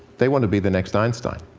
they want to be the next einstein.